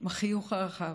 עם החיוך הרחב,